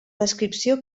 descripció